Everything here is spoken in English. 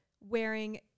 wearing